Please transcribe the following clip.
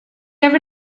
ever